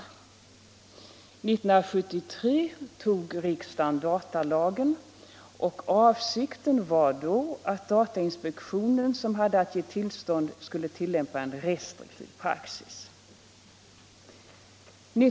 År 1973 antog riksdagen datalagen, och avsikten var då att datainspektionen, som hade att meddela tillstånd, skulle tillämpa en restriktiv praxis.